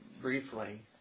briefly